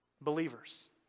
Believers